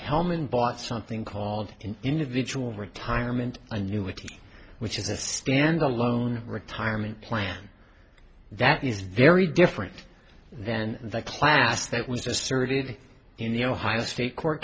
hellman bought something called an individual retirement annuity which is a stand alone retirement plan that is very different than the class that was just certified in the ohio state court